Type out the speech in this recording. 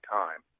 time